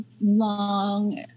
long